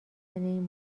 این